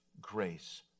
grace